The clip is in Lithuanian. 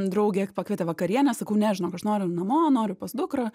draugė pakvietė vakarienės sakau ne žinok aš noriu namo noriu pas dukrą